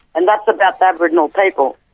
and that's about the aboriginal people.